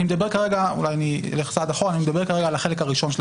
אני מדבר כרגע על החלק הראשון.